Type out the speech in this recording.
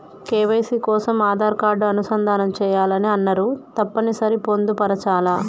KYC కోసం Aadhaar card అనుసంధానం చేయాలని అన్నరు తప్పని సరి పొందుపరచాలా?